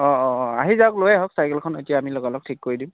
অঁ অঁ আহি যাওক লৈ আহক চাইকেলখন এতিয়া আমি লগালগ ঠিক কৰি দিম